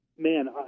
Man